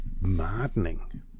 maddening